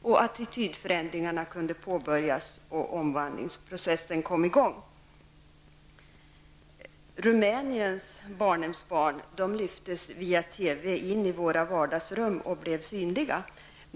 En attitydförändring påbörjades, och omvandlingsprocessen kom i gång. Rumäniens barnhemsbarn lyftes via TV in i våra vardagsrum och blev synliga för oss.